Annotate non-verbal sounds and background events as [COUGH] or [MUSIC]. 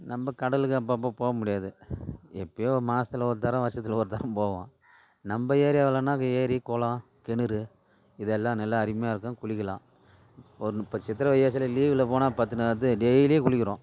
நம்ம கடலுக்கு அப்பப்போ போக முடியாது எப்போயோ மாசத்தில் ஒருதரம் வருஷத்தில் ஒருதரம் போவோம் நம்ம ஏரியாவுலனால் அங்கே ஏரி குளம் குணறு இதெல்லாம் நல்லா அருமையாக இருக்கும் குளிக்கலாம் ஒரு இப்போ சித்திரை வைகாசியில் லீவில் போனால் பத்து [UNINTELLIGIBLE] டெய்லியும் குளிக்கிறோம்